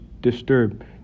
disturbed